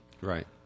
Right